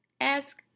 ask